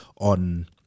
on